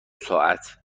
ساعت